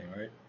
right